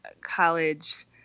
college